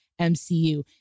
MCU